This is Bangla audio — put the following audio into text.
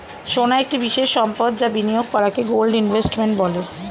সোনা একটি বিশেষ সম্পদ যা বিনিয়োগ করাকে গোল্ড ইনভেস্টমেন্ট বলে